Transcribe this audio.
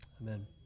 Amen